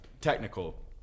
Technical